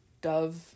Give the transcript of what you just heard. Dove